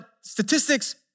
statistics